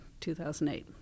2008